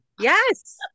Yes